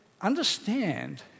understand